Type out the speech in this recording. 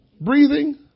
Breathing